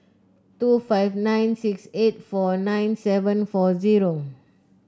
two five nine six eight four nine seven four zero